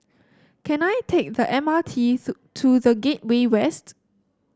can I take the M R T to The Gateway West